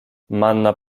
manna